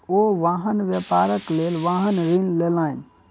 ओ वाहन व्यापारक लेल वाहन ऋण लेलैन